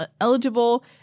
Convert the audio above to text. eligible